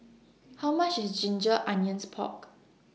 How much IS Ginger Onions Pork